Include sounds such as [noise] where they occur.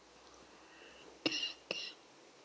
[coughs]